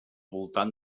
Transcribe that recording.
voltant